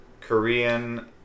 Korean